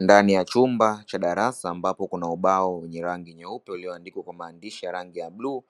Ndani ya chumba cha darasa ambapo kuna ubao wenye rangi nyeupe ulioandikwa kwa maandishi ya rangi ya bluu,